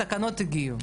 התקנות הגיעו,